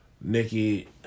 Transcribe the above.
Nikki